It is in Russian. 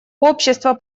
общество